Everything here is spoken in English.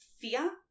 fear